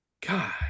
God